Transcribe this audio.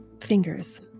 fingers